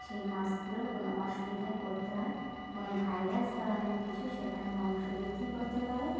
সেই মাছগুলোর কোনো অসুবিধায় পড়তে হয় কোনো ভাইরাস ধরনের কিছু সেখানে বংশবৃদ্ধি করতে পারে